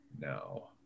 No